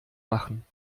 machen